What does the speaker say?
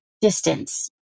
distance